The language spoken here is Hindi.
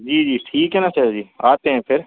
जी जी ठीक है ना सर जी आते हैं फिर